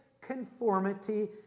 conformity